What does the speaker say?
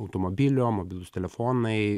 automobilio mobilūs telefonai